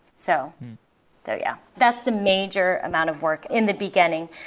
so so yeah that's the major amount of work in the beginning.